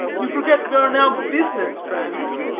you forget we are now business friends.